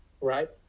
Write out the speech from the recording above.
right